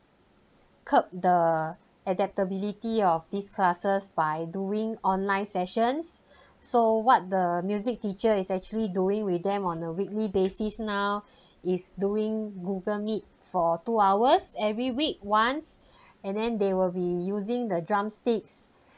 curb the adaptability of these classes by doing online sessions so what the music teacher is actually doing with them on a weekly basis now is doing google meet for two hours every week once and then they will be using the drumsticks